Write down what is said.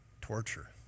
torture